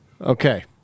Okay